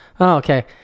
okay